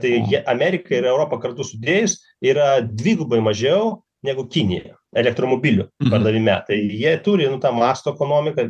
tai jie ameriką ir europą kartu sudėjus yra dvigubai mažiau negu kinijoje elektromobilių pardavime tai jie turi nu tą mąsto ekonomiką